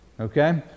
Okay